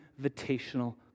invitational